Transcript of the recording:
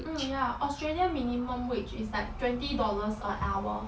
mm ya australia minimum wage is like twenty dollars an hour